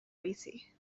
bizi